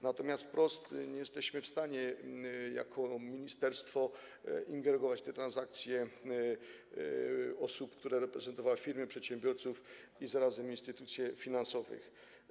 Natomiast wprost nie jesteśmy w stanie jako ministerstwo ingerować w te transakcje osób, które reprezentowały firmy, przedsiębiorców i zarazem instytucji finansowych.